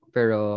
Pero